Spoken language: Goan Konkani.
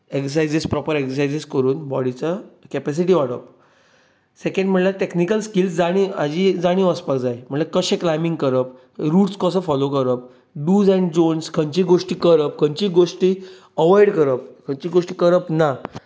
एक्सरसायजीस प्रोपर एक्सरसायजीस करून बॉडीचो कॅपिसिटी वाडोवप सेकेंड म्हणल्यार टॅकनीकल स्कील्स जाणीव हाची एक जाणीव आसपाक जाय म्हणल्यार कशें क्लायबिंग करप रूट्स कसो फॉलो करप डूज एंड डोन्ट्स खंयची गोश्टी करप खंयची गोश्टी अवोयड करप खंयची गोश्टी करप ना